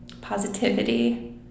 positivity